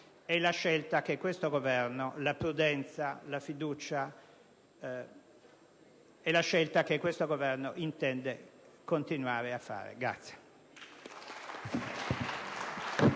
la scelta che questo Governo intende continuare a fare.